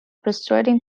frustrating